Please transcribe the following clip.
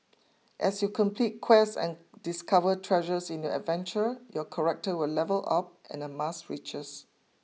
as you complete quests and discover treasures in your adventure your character will level up and amass riches